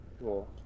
Cool